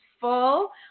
full